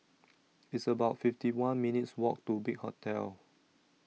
It's about fifty one minutes' Walk to Big Hotel